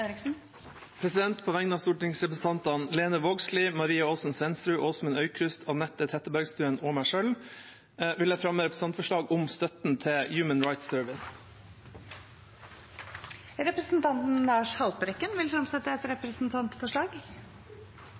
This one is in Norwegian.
På vegne av stortingsrepresentantene Lene Vågslid, Maria Aasen-Svensrud, Åsmund Aukrust, Anette Trettebergstuen og meg selv vil jeg fremme representantforslag om støtten til Human Rights Service. Representanten Lars Haltbrekken vil fremsette et representantforslag.